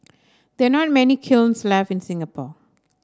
there are not many kilns left in Singapore